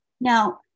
Now